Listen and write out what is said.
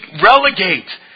relegate